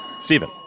Stephen